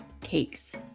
cakes